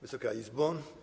Wysoka Izbo!